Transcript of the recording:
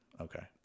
Okay